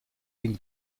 den